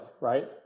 Right